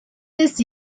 this